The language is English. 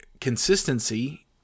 consistency